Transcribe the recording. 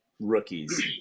rookies